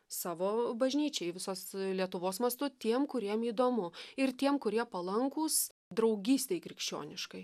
savo bažnyčiai visos lietuvos mastu tiem kuriem įdomu ir tiem kurie palankūs draugystei krikščioniškai